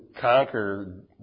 conquer